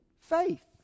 faith